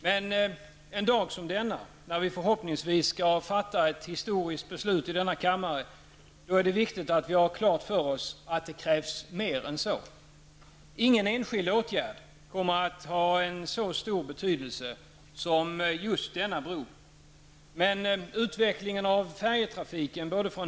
Men en dag som denna, när vi förhoppningsvis skall fatta ett historisk beslut i denna kammare, är det viktigt att vi har klart för oss att det krävs mer än så. Ingen enskild åtgärd kommer att ha så stor betydelse som just denna bro.